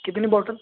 کتنی بوٹل